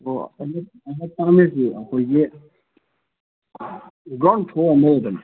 ꯑꯥ ꯑꯩꯅ ꯄꯥꯝꯃꯤꯁꯦ ꯑꯩꯈꯣꯏꯒꯤ ꯒ꯭ꯔꯥꯎꯟ ꯐ꯭ꯂꯣꯔ ꯂꯩꯔꯦꯗꯅ